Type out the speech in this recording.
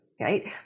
right